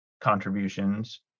contributions